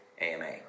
AMA